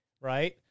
right